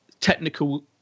technical